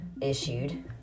issued